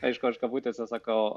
aišku aš kabutėse sakau